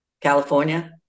California